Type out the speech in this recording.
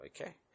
okay